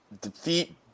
defeat